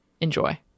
Enjoy